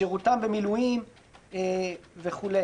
שירותם במילואים" וכו'.